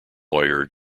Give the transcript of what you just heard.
lawyer